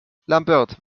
lambert